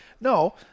no